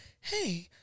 hey